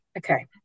Okay